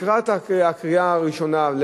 לקראת הקריאה הראשונה,